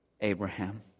Abraham